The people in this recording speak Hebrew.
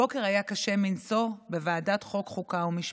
הבוקר היה קשה מנשוא בוועדת חוקה, חוק ומשפט.